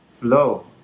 flow